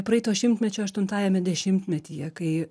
praeito šimtmečio aštuntajame dešimtmetyje kai